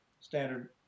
standard